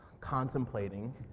contemplating